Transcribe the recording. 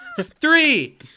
Three